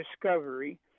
discovery